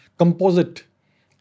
composite